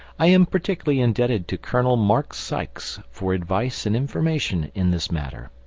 i am particularly indebted to colonel mark sykes for advice and information in this matter.